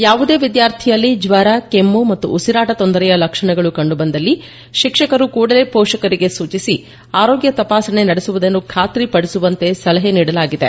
ಯಾವುದೇ ವಿದ್ಯಾರ್ಥಿಯಲ್ಲಿ ಜ್ವರ ಕೆಮ್ಮು ಮತ್ತು ಉಸಿರಾಣ ತೊಂದರೆಯ ಲಕ್ಷಣಗಳು ಕಂಡುಬಂದಲ್ಲಿ ಶಿಕ್ಷಕರು ಕೂಡಲೇ ಪೋಷಕರಿಗೆ ಸೂಚಿಸಿ ಆರೋಗ್ಯ ತಪಾಸಣೆ ನಡೆಸುವುದನ್ನು ಖಾತ್ರಿಪಡಿಸುವಂತೆ ಸಲಹೆ ನೀಡಲಾಗಿದೆ